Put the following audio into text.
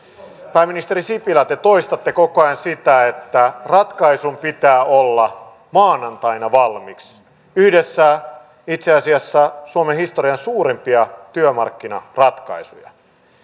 pääministeri sipilä te toistatte koko ajan sitä että ratkaisun pitää olla maanantaina valmis yhdessä itse asiassa suomen historian suurimpia työmarkkinaratkaisuja